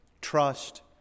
trust